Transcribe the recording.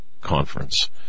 conference